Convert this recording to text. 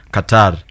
Qatar